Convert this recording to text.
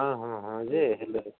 ହଁ ହଁ ହଁ ଯେ ହେଲେ